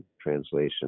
translation